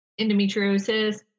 endometriosis